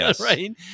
Right